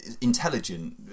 intelligent